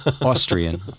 Austrian